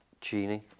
Genie